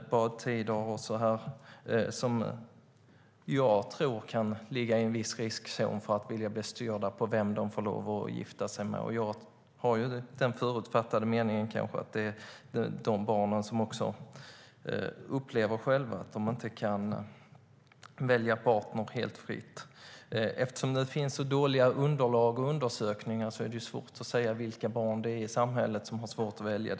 Jag tror att de kan ligga i en viss riskzon för att bli styrda när det gäller vem de får gifta sig med. Jag har kanske den förutfattade meningen att det är de barnen som också upplever själva att de inte kan välja partner helt fritt. Eftersom det finns så dåliga underlag och undersökningar är det svårt att säga vilka barn det är som har svårt att få välja själva.